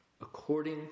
according